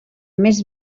més